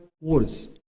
wars